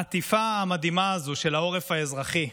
העטיפה המדהימה הזו של העורף האזרחי,